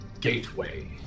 gateway